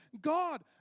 God